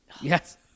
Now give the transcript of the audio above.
yes